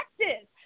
Practice